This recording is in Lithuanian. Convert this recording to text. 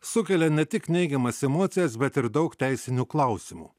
sukelia ne tik neigiamas emocijas bet ir daug teisinių klausimų